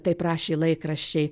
taip rašė laikraščiai